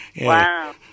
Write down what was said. Wow